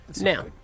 Now